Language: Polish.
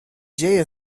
dzieje